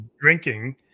drinking